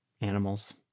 animals